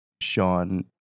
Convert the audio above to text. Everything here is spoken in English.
Sean